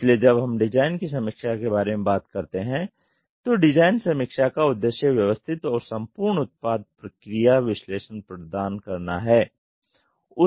इसलिए जब हम डिज़ाइन की समीक्षा के बारे में बात करते हैं तो डिज़ाइन समीक्षा का उद्देश्य व्यवस्थित और संपूर्ण उत्पाद प्रक्रिया विश्लेषण प्रदान करना है